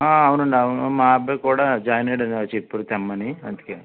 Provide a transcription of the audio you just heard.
అవును అండి అవును మా అబ్బాయి కూడా జాయిన్ అయ్యాడు చెప్పాడు తెమ్మని అందుకే